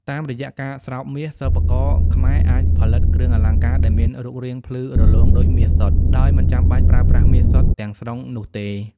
តាមរយៈការស្រោបមាស សិប្បករខ្មែរអាចផលិតគ្រឿងអលង្ការដែលមានរូបរាងភ្លឺរលោងដូចមាសសុទ្ធ ដោយមិនចាំបាច់ប្រើប្រាស់មាសសុទ្ធទាំងស្រុងនោះទេ។